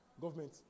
Government